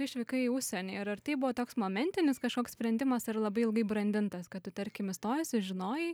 tu išvykai į užsienį ir ar tai buvo toks momentinis kažkoks sprendimas ar labai ilgai brandintas kad tu tarkim įstojusi žinojai